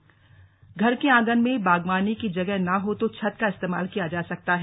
बागवानी घर के आंगन में बागवानी की जगह न हो तो छत का इस्तेमाल किया जा सकता है